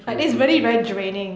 true true true